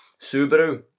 subaru